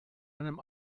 einem